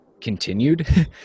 continued